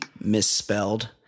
misspelled